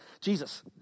Jesus